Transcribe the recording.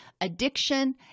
addiction